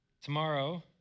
Tomorrow